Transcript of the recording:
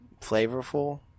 flavorful